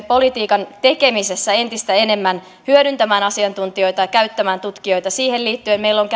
politiikan tekemisessä entistä enemmän hyödyntämään asiantuntijoita ja käyttämään tutkijoita siihen liittyen meillä on